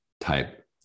type